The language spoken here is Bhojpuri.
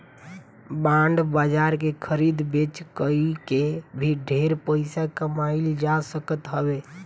बांड बाजार के खरीद बेच कई के भी ढेर पईसा कमाईल जा सकत हवे